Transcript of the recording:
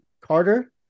Carter